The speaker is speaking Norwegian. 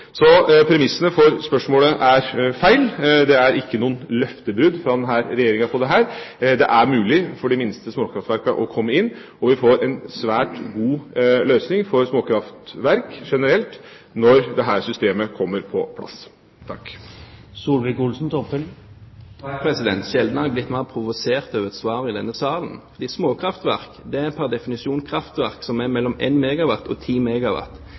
Så premissene for spørsmålet er feil. Det er ingen løftebrudd fra denne regjeringen her. Det er mulig for de minste småkraftverkene å komme inn, og vi får en svært god løsning for småkraftverk generelt når dette systemet kommer på plass. Sjelden har jeg blitt mer provosert over et svar i denne salen. Småkraftverk er pr. definisjon kraftverk som er mellom 1 MW og